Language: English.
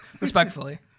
respectfully